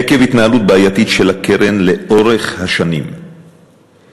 עקב התנהלות בעייתית של הקרן לאורך השנים נוצרו